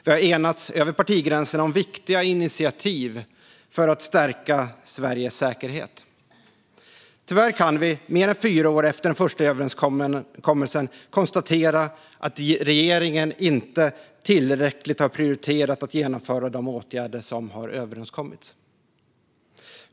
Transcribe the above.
Vi har över partigränserna enats om viktiga initiativ för att stärka Sveriges säkerhet. Tyvärr kan vi, mer än fyra år efter den första överenskommelsen, konstatera att regeringen inte tillräckligt har prioriterat att genomföra de åtgärder som har överenskommits.